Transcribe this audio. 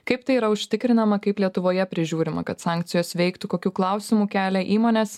kaip tai yra užtikrinama kaip lietuvoje prižiūrima kad sankcijos veiktų kokių klausimų kelia įmonės